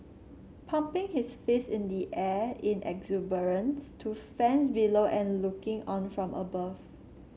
pumping his fist in the air in exuberance to fans below and looking on from above